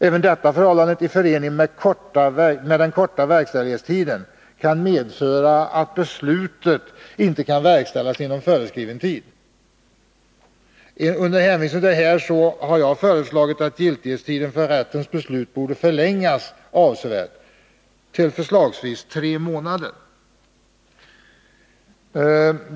Även detta förhållande, i förening med den korta verkställighetstiden, kan medföra att beslutet inte kan verkställas inom föreskriven tid. Med hänsyn till detta har jag föreslagit att giltighetstiden för rättens beslut avsevärt skall förlängas, förslagsvis till tre månader.